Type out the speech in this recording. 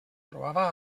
trobava